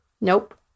Nope